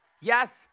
yes